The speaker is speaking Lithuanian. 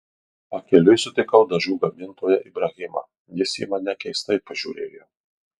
pakeliui sutikau dažų gamintoją ibrahimą jis į mane keistai pažiūrėjo